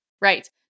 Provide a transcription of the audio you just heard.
Right